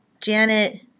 Janet